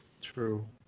True